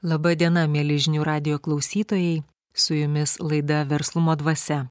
laba diena mieli žinių radijo klausytojai su jumis laida verslumo dvasia